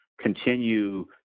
continue